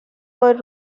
for